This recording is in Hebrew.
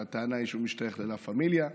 שהטענה היא שהוא משתייך ללה פמיליה.